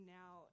now